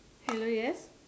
hello yes